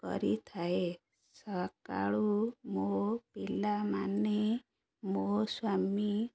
କରିଥାଏ ସକାଳୁ ମୋ ପିଲାମାନେ ମୋ ସ୍ୱାମୀ